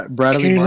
Bradley